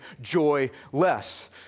joyless